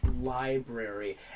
library